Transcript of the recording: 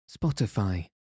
Spotify